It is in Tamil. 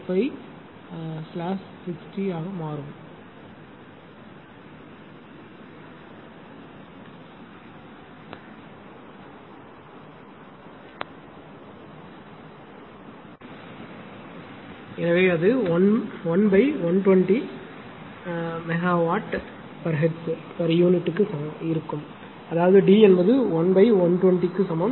5 60 ஆக மாறும் எனவே அது 1120 pu MWHz க்கு சமம் அதாவது டி என்பது 1120 க்கு சமம்